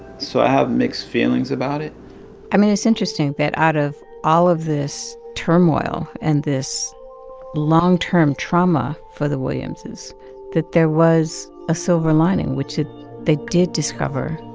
so i have mixed feelings about it i mean, it's interesting that out of all of this turmoil and this long-term trauma for the williamses, that there was a silver lining, which they did discover,